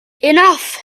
enough